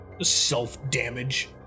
self-damage